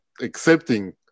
accepting